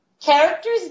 Characters